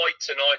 tonight